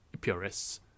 Purists